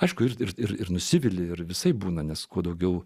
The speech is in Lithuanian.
aišku ir ir nusivili ir visaip būna nes kuo daugiau